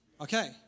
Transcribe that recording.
Okay